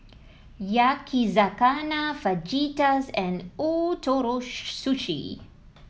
Yakizakana Fajitas and Ootoro Su Sushi